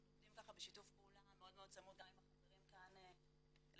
אנחנו עובדים בשיתוף פעולה מאוד צמוד גם עם החברים כאן לשולחן,